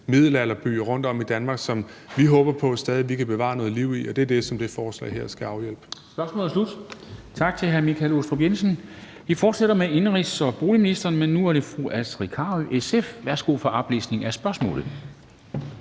middelalderbyer rundtom i Danmark, som vi håber på stadig at kunne bevare noget liv i, og det er det, som det her forslag skal hjælpe